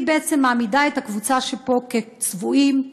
מעמידים את הקבוצה שפה כצבועים,